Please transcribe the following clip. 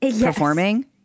performing